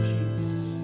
Jesus